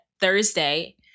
Thursday